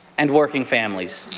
and working families.